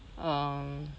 um